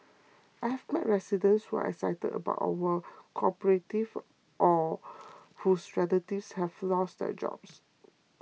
I've met residents who are excited about our cooperative or whose relatives have lost their jobs